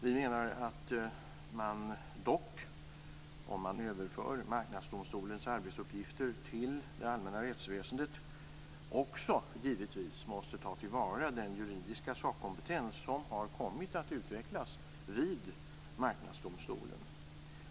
Vi menar dock att om man överför Marknadsdomstolens arbetsuppgifter till det allmänna rättsväsendet, måste man givetvis också ta till vara den juridiska sakkompetens som har kommit att utvecklas vid Marknadsdomstolen.